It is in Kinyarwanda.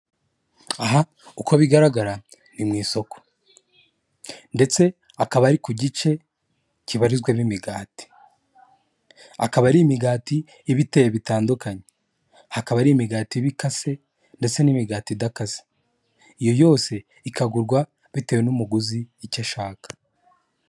Aha, uko bigaragara ni mu isoko. Ndetse hakaba ari ku gice kibarizwamo imigati. Akaba ari imigati iba iteye bitandukanye. Hakaba hari imigati iba ikase ndetse n'imigati idakaze. Iyo yose ikagurwa bitewe n'umuguzi icyo ashaka.